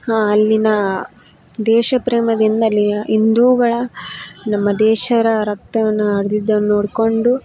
ಆ ಅಲ್ಲಿನಾ ದೇಶಪ್ರೇಮದಿಂದಲೇ ಹಿಂದೂಗಳ ನಮ್ಮ ದೇಶದ ರಕ್ತವನ್ನ ಹರ್ದಿದ್ದನ್ ನೋಡ್ಕೊಂಡು